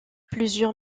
plusieurs